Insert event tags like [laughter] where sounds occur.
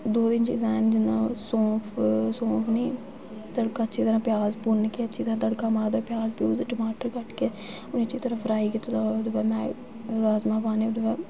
[unintelligible] सौंफ सौंफ निं तड़का अच्छी तरह् प्याज भुन्न के अच्छी तरह् तड़का मारना प्याज प्यूज टमाटर कट्टियै अच्छी तरह् फ्राई कीते दा होऐ ओह्दे बाद में राजमांह् पाने ओह्दे बाद